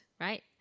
right